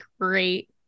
great